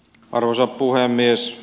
arvoisa puhemies